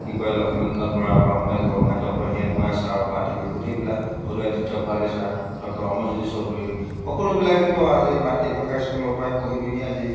কি কয় লক্ষীনন্দন বৰাৰ পৰা হোমেন বৰগোহাই ডক্টৰ হীৰেণ গোহাই ছাৰৰ পৰা আদি কৰি গোটেইবিলাক উদয়াদিত্য ভৰালী ছাৰ ডক্টৰ অমৰজ্যোতি চৌধুৰী সকলোবিলাকেইতো আজি মাতৃভাষা স্কুলৰ পৰাই পঢ়িপেনে আজি